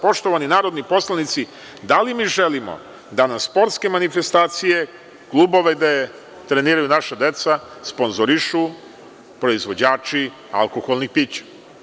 Poštovani narodni poslanici, da li mi želimo da nam sportske manifestacije, klubove gde treniraju naša deca sponzorišu proizvođači alkoholnih pića?